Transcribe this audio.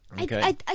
Okay